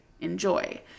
enjoy